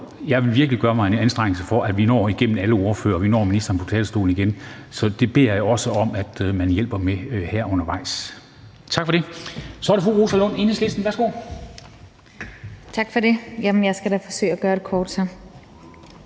jeg vil virkelig gøre mig en anstrengelse for, at vi kommer igennem alle ordførerne, og at vi når at få ministeren på talerstolen igen. Så det beder jeg også om at man hjælper med her undervejs. Tak for det. Så er det fru Rosa Lund, Enhedslisten. Værsgo. Kl. 13:23 Forhandling (Ordfører for